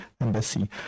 embassy